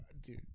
dude